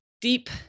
deep